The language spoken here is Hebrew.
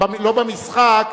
לא במשחק,